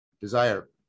desire